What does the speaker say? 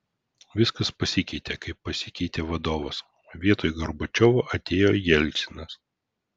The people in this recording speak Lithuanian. viskas pasikeitė kai pasikeitė vadovas vietoj gorbačiovo atėjo jelcinas